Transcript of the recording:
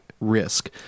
risk